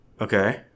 okay